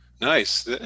Nice